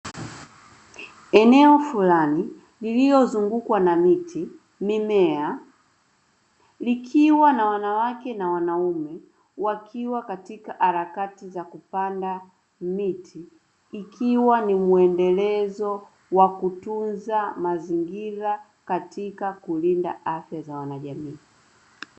Eneo fulani, lililozungukwa na miti, mimea, likiwa na wanawake na wanaume, wakiwa katika harakati za kupanda miti ikiwa ni mwendelezo wa kutunza mazingira, katika kulinda afya za wanajamii.